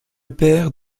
père